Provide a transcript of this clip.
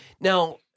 Now